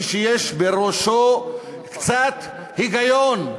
מי שיש בראשו קצת היגיון,